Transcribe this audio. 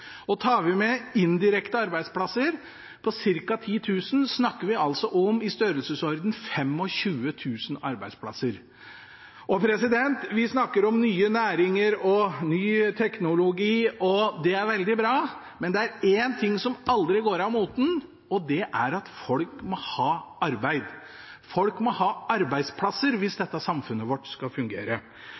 mennesker. Tar vi med indirekte arbeidsplasser – ca. 10 000 – snakker vi altså om i størrelsesorden 25 000 arbeidsplasser. Vi snakker om nye næringer og ny teknologi, og det er veldig bra, men det er én ting som aldri går av moten, og det er at folk må ha arbeid. Folk må ha arbeidsplasser hvis dette samfunnet vårt skal fungere.